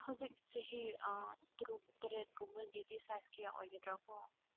ꯍꯧꯖꯤꯛ ꯆꯍꯤ ꯇꯔꯨꯛ ꯇꯔꯦꯠꯒꯨꯝꯕꯒꯤꯗꯤ ꯁꯥꯏꯖ ꯀꯌꯥ ꯑꯣꯏꯒꯗ꯭ꯔꯥꯀꯣ